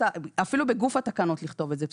אפילו בגוף התקנות לכתוב את זה,